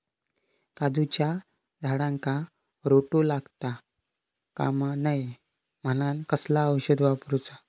काजूच्या झाडांका रोटो लागता कमा नये म्हनान कसला औषध वापरूचा?